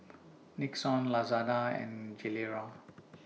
Nixon Lazada and Gilera